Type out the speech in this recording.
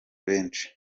benshi